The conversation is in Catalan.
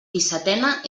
dissetena